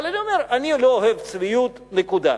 אבל אני אומר: אני לא אוהב צביעות, נקודה,